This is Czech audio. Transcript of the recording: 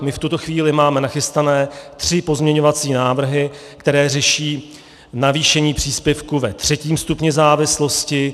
My v tuto chvíli máme nachystané tři pozměňovací návrhy, které řeší navýšení příspěvku ve třetím stupni závislosti.